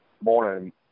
morning